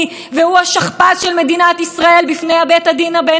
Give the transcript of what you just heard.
שמענו את זה מהיועץ המשפטי לממשלה בדיונים בוועדת חוקה,